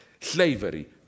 slavery